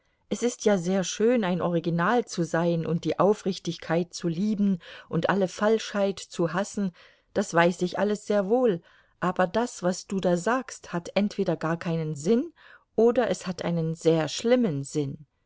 es ist ja sehr schön ein original zu sein und die aufrichtigkeit zu lieben und alle falschheit zu hassen das weiß ich alles sehr wohl aber das was du da sagst hat entweder gar keinen sinn oder es hat einen sehr schlimmen sinn